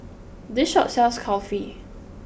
this shop sells Kulfi